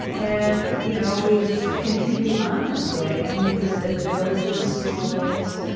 and you know we just continue on this way and we visited villages, schools,